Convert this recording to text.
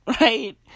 right